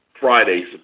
Friday